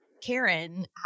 Karen